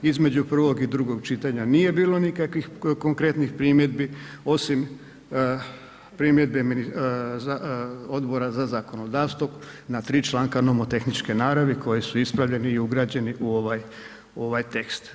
Između prvog i drugog čitanja nije bilo nikakvih konkretnih primjedbi osim primjedbe Odbora za zakonodavstvo na tri članka nomotehničke naravi koje su ispravljene i ugrađene u ovaj tekst.